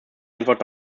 antwort